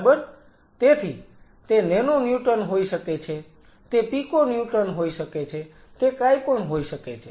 બરાબર તેથી તે નેનો ન્યૂટન હોઈ શકે છે તે પીકો ન્યૂટન હોઈ શકે છે તે કાંઈ પણ હોઈ શકે છે